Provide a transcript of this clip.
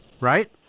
Right